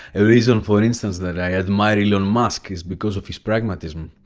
a reason, for instance, that i admire elon musk is because of his pragmatism.